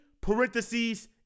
parentheses